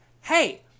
hey